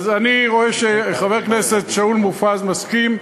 אני רואה שחבר הכנסת שאול מופז מסכים,